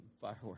Fireworks